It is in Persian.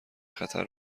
خطر